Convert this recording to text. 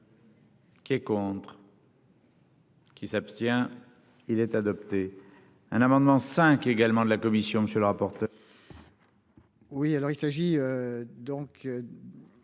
Qui est contre. Qui s'abstient. Il est adopté un amendement cinq également de la commission. Monsieur le rapporteur.